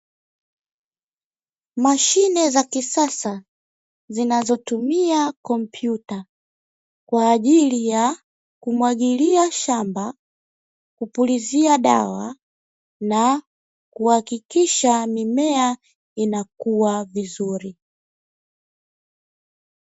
Mashine za kisasa zinazotumia kompyuta kwajili ya kumwagilia shamba, kupulizia dawa na kuhakikisha mimea inakua vizuri.